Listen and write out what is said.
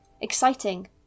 exciting